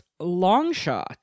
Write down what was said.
Longshot